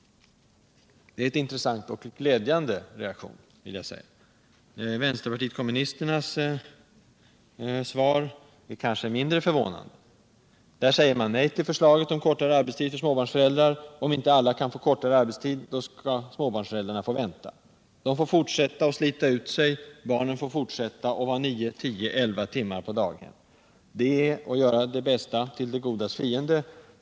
Det är en intressant och glädjande reaktion. Vpk:s svar är kanske mindre förvånande. Där säger man nej till förslaget om kortare arbetstid för småbarnsföräldrar. Om inte alla kan få kortare arbetstid, skall småbarnsföräldrarna få vänta. De får fortsätta att slita ut sig, barnen får fortsätta att vara nio, tio eller elva timmar på daghem. Det är att göra det bästa till det godas fiende.